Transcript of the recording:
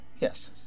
Yes